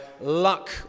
luck